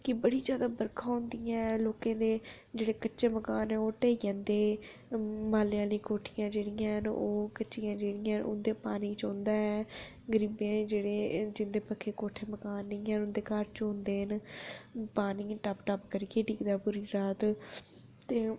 कि बड़ी जादा बर्खा होंदी ऐ लोकें दे जेह्ड़े कच्चे मकान ओह् ढेई जंदे मालै कन्नै कोठियां जेह्ड़ियां हैन उं'दे च पानी चौंदा ऐ गरीबें जिं'दे पक्के मकान निं हैन उं'दे घर चौंदे न ते पानी टिप टिप करियै पौंदा